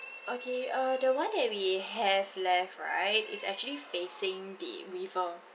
okay err the one that we have left right is actually facing the river